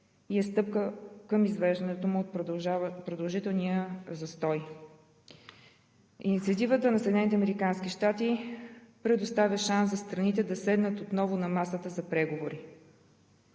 и е стъпка към извеждането му от продължителния застой. Инициативата на Съединените американски щати предоставя шанс за страните да седнат отново на масата за преговори.